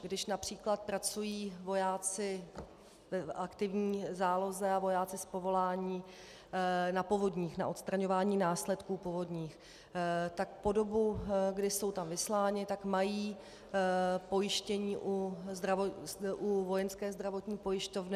Když například pracují vojáci v aktivní záloze a vojáci z povolání na povodních, na odstraňování následků povodní, tak po dobu, kdy jsou tam vysláni, mají pojištění u Vojenské zdravotní pojišťovny.